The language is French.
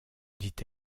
dit